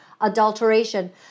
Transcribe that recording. Adulteration